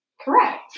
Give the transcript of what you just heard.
Correct